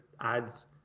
ads